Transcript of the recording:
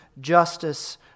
justice